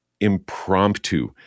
impromptu